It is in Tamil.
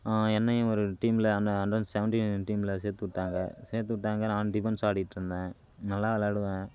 என்னையும் ஒரு டீமில் அண்டர் சவன்டி டீமில் சேர்த்து விட்டாங்க சேர்த்து விட்டாங்க நானும் டிஃபென்ஸ் ஆடிட்டுருந்தேன் நல்லா விளாடுவேன்